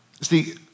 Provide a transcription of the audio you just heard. See